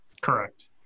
correct